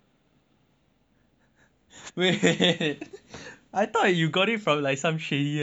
wait I thought you got it from some shady ass competition